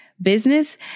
Business